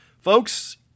Folks